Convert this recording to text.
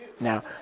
Now